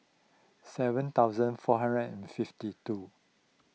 seven thousand four hundred and fifty two